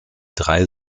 drei